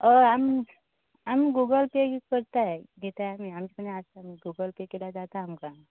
हय आमी आमी गुगल पे यूज करताय कित्याक आमचे कडेन आसाय गुगल पे केल्यार जाता आमकां